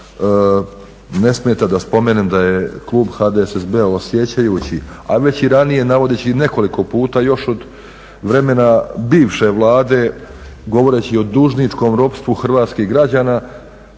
ne smeta da spomenem da je klub HDSSB-a osjećajući a već i ranije navodeći nekoliko puta još od vremena bivše Vlade govoreći o dužničkom ropstvu hrvatskih građana